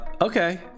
okay